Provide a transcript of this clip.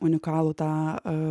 unikalų tą